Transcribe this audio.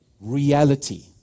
reality